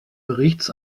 berichts